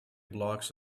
blocks